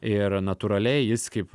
ir natūraliai jis kaip